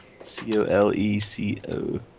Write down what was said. C-O-L-E-C-O